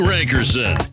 Rankerson